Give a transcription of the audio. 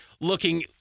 looking